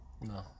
No